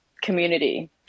community